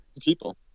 People